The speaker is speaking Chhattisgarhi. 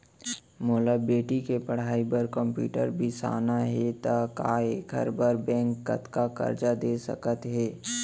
मोला बेटी के पढ़ई बार कम्प्यूटर बिसाना हे त का एखर बर बैंक कतका करजा दे सकत हे?